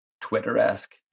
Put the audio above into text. Twitter-esque